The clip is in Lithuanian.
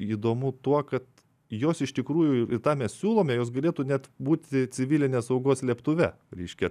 įdomu tuo kad jos iš tikrųjų ir tą mes siūlome jos galėtų net būti civilinės saugos slėptuve reiškia